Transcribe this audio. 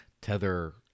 Tether